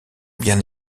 bien